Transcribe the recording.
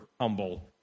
humble